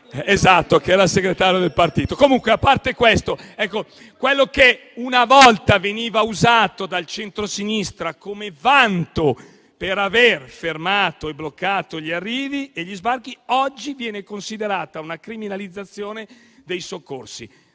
questo, perché ricordo la storia. Comunque, a parte questo, ciò che una volta veniva usato dal centrosinistra come vanto per aver fermato e bloccato gli arrivi e gli sbarchi, oggi viene considerato una criminalizzazione dei soccorsi.